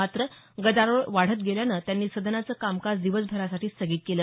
मात्र गदारोळ वाढत गेल्यानं त्यांनी सदनाचं कामकाज दिवसभरासाठी स्थगित केलं